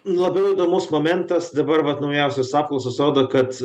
labai įdomus momentas dabar vat naujausios apklausos rodo kad